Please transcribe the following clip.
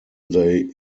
they